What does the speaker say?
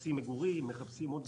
מחפשים מגורים, מחפשים עוד דברים.